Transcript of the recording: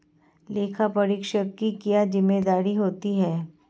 लेखापरीक्षक की क्या जिम्मेदारी होती है?